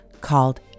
called